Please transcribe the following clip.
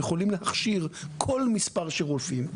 ניתן להכשיר כל מספר של רופאים.